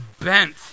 bent